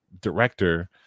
director